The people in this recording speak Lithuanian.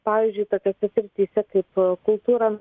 pavyzdžiui tokiose srityse kaip kultūra